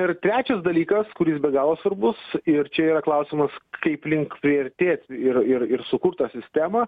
ir trečias dalykas kuris be galo svarbus ir čia yra klausimas kaip link priartėt ir ir ir sukurt tą sistemą